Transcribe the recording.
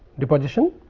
deposition.